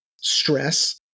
stress